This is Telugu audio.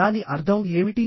దాని అర్థం ఏమిటి